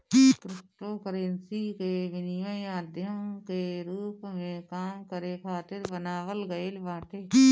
cryptocurrency के विनिमय माध्यम के रूप में काम करे खातिर बनावल गईल बाटे